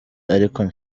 ariko